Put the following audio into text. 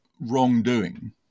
wrongdoing